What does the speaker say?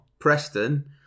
Preston